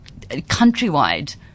countrywide